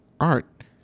art